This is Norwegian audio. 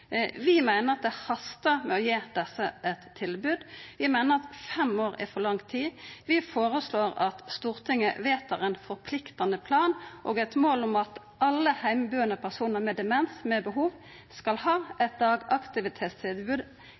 Vi meiner at det hastar med å gi desse eit tilbod. Vi meiner at fem år er for lang tid. Vi føreslår at Stortinget vedtar ein forpliktande plan og eit mål om at alle heimebuande personar med demens med behov skal ha eit